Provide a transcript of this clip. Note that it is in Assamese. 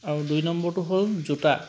আৰু দুই নম্বৰটো হ'ল জোতা